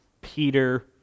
Peter